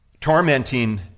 tormenting